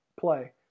play